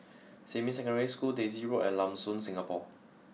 Xinmin Secondary School Daisy Road and Lam Soon Singapore